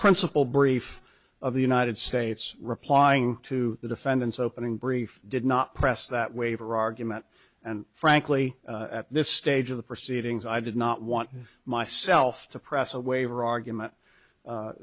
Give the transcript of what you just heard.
principal brief of the united states replying to the defendant's opening brief did not press that waiver argument and frankly at this stage of the proceedings i did not want myself to press a waiver argument